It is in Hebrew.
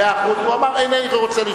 איתנה.